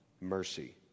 mercy